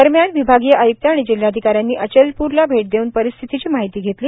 दरम्यान विभागीय आयुक्त आणि जिल्हाधिका यांनी अचलपूरला भेट देऊन परिस्थितीची माहिती घेतली